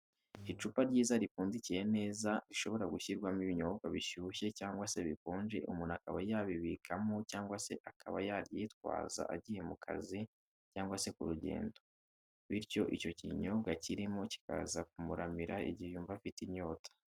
Icupa ryiza ripfundikiye neza rishobora gushyirwamo ibinyobwa bishushye cyangwa se bikonje umuntu akaba yabibikamo cyangwa se akaba yaryitwaza agiye mu kazi cyangwa se ku rugendo, bityo icyo kinyobwa kirimo kikaza cyamuramira igihe yumva afite inyota.